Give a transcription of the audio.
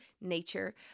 nature